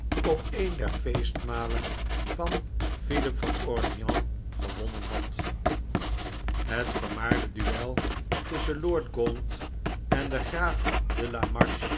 op een der feestmalen van philip van orleans gewonnen had het vermaarde duel tusschen lord gaunt en graaf de